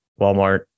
Walmart